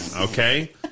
Okay